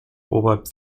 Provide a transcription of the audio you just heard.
robert